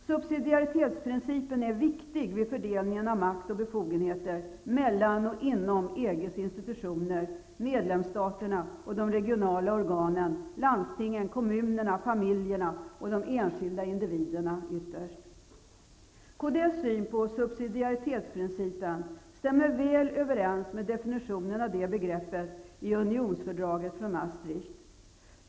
Subsidiaritetsprincipen är också viktig vid fördelningen av makt och befogenheter mellan och inom EG:s institutioner, medlemsstaterna, de regionala organen, landstingen, kommunerna, familjerna och ytterst de enskilda individerna. Kds syn på subsidiaritetsprincipen stämmer väl överens med definitionen av det begreppet i unionsfördraget från Maastricht.